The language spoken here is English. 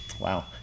Wow